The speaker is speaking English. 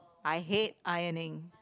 I hate ironing